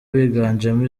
wiganjemo